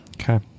okay